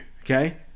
okay